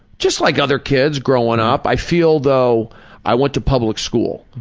just like other kids growing up. i feel though i went to public school.